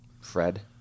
Fred